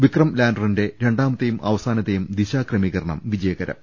വിക്രം ലാൻഡ റിന്റെ രണ്ടാമത്തെയും അവസാനത്തെയും ദിശാ ക്രമീകരണം വിജയകരം